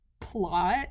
plot